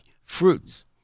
fruits